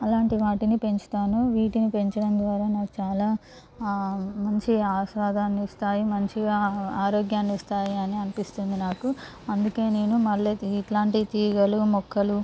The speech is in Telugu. అలాంటి వాటిని పెంచుతాను వీటిని పెంచడం ద్వారా నాకు చాలా మంచి ఆస్వాదాన్నిస్తాయి మంచిగా ఆరోగ్యాన్నిస్తాయని అని అనిపిస్తుంది నాకు అందుకే నేను మల్లె ఇట్లాంటి తీగలు మొక్కలు